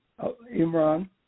Imran